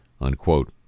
unquote